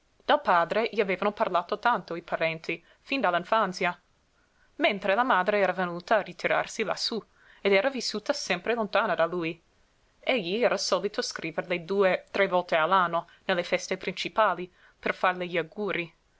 del padre gli avevano parlato tanto i parenti fin dalla infanzia mentre la madre era venuta a ritirarsi lassú ed era vissuta sempre lontana da lui egli era solito scriverle due tre volte l'anno nelle feste principali per farle gli augurii